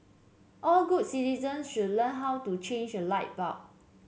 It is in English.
all good citizens should learn how to change a light bulb